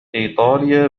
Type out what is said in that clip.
إيطاليا